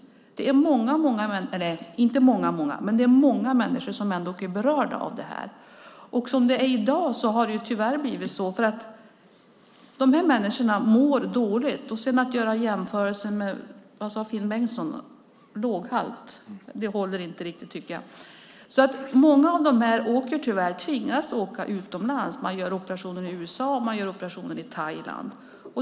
Att göra jämförelser med låghalta, som Finn Bengtsson gjorde, håller inte riktigt. Det är många människor som är berörda av det här, och de mår dåligt. Många av dem tvingas tyvärr åka utomlands och göra operationen i USA eller i Thailand.